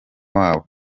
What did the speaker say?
wabo